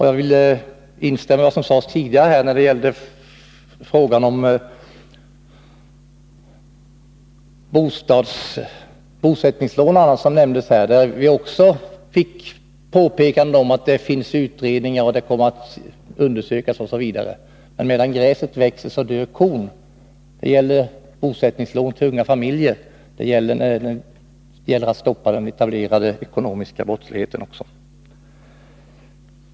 Jag vill instämma i vad som sades tidigare när det gällde frågan om bosättningslån, där vi också fick påpekanden om att det pågår utredningar. Medan gräset växer, dör kon — det gäller i fråga om bosättningslån till unga familjer, och det gäller i fråga om åtgärder för att stoppa den etablerade ekonomiska brottsligheten.